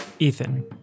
Ethan